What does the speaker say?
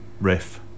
riff